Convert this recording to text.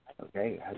Okay